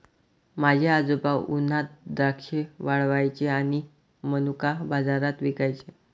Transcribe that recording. माझे आजोबा उन्हात द्राक्षे वाळवायचे आणि मनुका बाजारात विकायचे